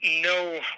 no